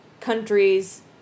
countries